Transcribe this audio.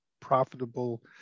profitable